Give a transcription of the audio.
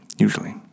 Usually